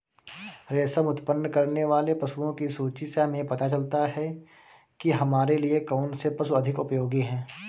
रेशम उत्पन्न करने वाले पशुओं की सूची से हमें पता चलता है कि हमारे लिए कौन से पशु अधिक उपयोगी हैं